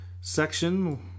section